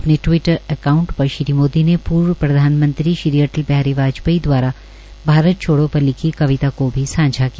अपने Twitter account पर श्री मोदी ने पूर्व प्रधानमंत्री श्री अटल बिहारी वाजपेयी दवारा भारत छोड़ो पर लिखी कविता को भी सांझा किया